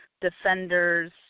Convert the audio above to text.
Defenders